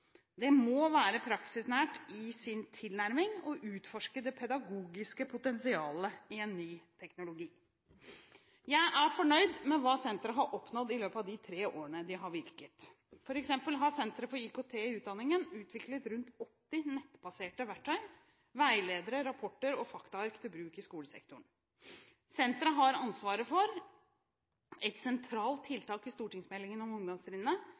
Det må være praksisnært i sin tilnærming og utforske det pedagogiske potensialet i en ny teknologi. Jeg er fornøyd med hva senteret har oppnådd i løpet av de tre årene det har virket. For eksempel har Senter for IKT i utdanningen utviklet rundt 80 nettbaserte verktøy, veiledere, rapporter og faktaark til bruk i skolesektoren. Senteret har ansvaret for et sentralt tiltak i stortingsmeldingen om ungdomstrinnet